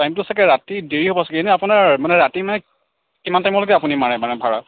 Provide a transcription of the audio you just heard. টাইমটো চাগৈ ৰাতি দেৰি হ'ব চাগৈ এনে আপোনাৰ মানে ৰাতি মানে কিমান টাইমলৈকে আপুনি মাৰে মানে ভাড়া